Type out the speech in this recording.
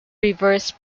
reverse